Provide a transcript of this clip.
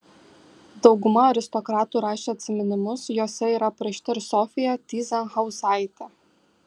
dauguma aristokratų rašė atsiminimus juose yra aprašyta ir sofija tyzenhauzaitė